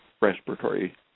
respiratory